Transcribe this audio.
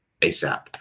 ASAP